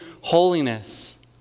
holiness